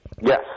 Yes